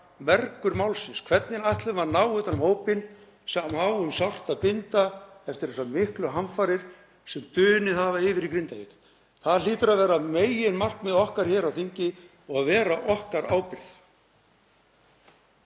mergur málsins: Hvernig ætlum við að ná utan um hópinn sem á um sárt að binda eftir þessar miklu hamfarir sem dunið hafa yfir í Grindavík? Það hlýtur að vera meginmarkmið okkar hér á þingi og vera okkar ábyrgð.